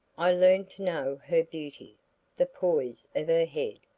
i learned to know her beauty the poise of her head,